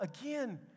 again